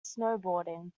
snowboarding